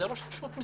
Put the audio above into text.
זה ראש הרשות.